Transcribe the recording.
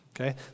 okay